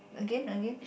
again again